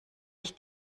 ich